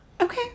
Okay